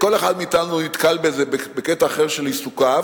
כל אחד מאתנו נתקל בזה בקטע אחר של עיסוקיו,